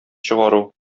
чыгару